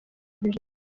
urujijo